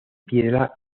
piedra